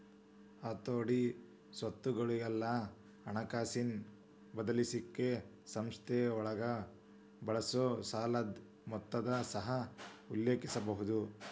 ಹತೋಟಿ, ಸ್ವತ್ತುಗೊಳಿಗೆಲ್ಲಾ ಹಣಕಾಸಿನ್ ಒದಗಿಸಲಿಕ್ಕೆ ಸಂಸ್ಥೆ ಬಳಸೊ ಸಾಲದ್ ಮೊತ್ತನ ಸಹ ಉಲ್ಲೇಖಿಸಬಹುದು